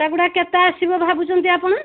ସେଗୁଡ଼ା କେତେ ଆସିବ ଭାବୁଛନ୍ତି ଆପଣ